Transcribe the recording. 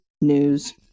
news